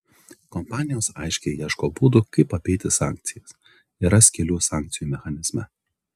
kompanijos aiškiai ieško būdų kaip apeiti sankcijas yra skylių sankcijų mechanizme